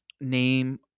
name